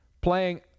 playing